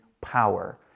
power